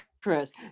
Chris